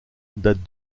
date